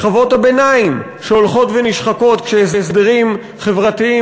שכבות הביניים שהולכות ונשחקות כשהסדרים חברתיים